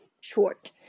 short